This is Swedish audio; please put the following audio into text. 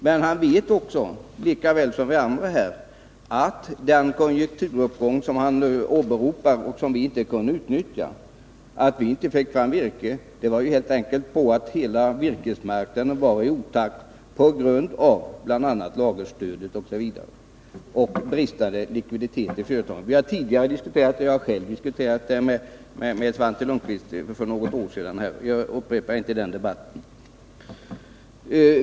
Men jordbruksministern vet lika väl som vi andra vad som var anledningen till att vi inte kunde utnyttja den konjunkturuppgång som han åberopar. Att vi inte fick fram virket berodde helt enkelt på att hela virkesmarknaden var i otakt på grund av bl.a. lagerstödet och bristande likviditet i företagen. Vi har tidigare diskuterat detta. Jag har själv debatterat det med Svante Lundkvist för något år sedan, och jag skall inte upprepa de resonemangen.